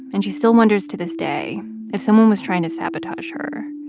and she still wonders to this day if someone was trying to sabotage her,